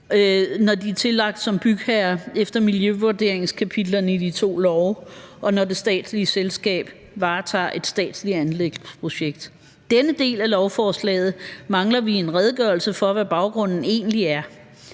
når de er tillagt som bygherre efter miljøvurderingskapitlerne i de to love, og når det statslige selskab varetager et statsligt anlægsprojekt. I forhold til denne del af lovforslaget mangler vi en redegørelse for, hvad baggrunden egentlig er.